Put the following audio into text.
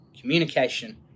communication